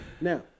Now